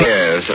Yes